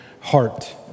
heart